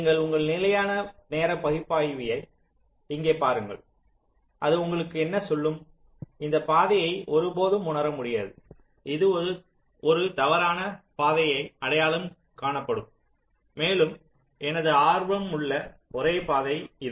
நீங்கள் உங்கள் நிலையான நேர பகுப்பாய்வியை இங்கே பாருங்கள் அது உங்களுக்கு என்ன சொல்லும் இந்த பாதையை ஒருபோதும் உணர முடியாது இது ஒரு தவறான பாதையாக அடையாளம் காணப்படும் மேலும் எனது ஆர்வமுள்ள ஒரே பாதை இது